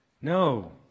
No